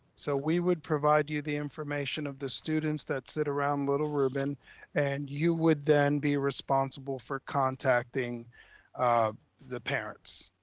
so we would provide you the information of the students that sit around little ruben and you would then be responsible for contacting um the parents.